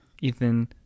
Ethan